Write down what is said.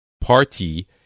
party